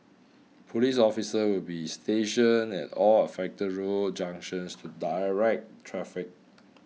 police officers will be stationed at all affected road junctions to direct traffic